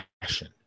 passion